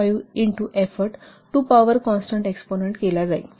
5 into effort to power constant exponent केला जाईल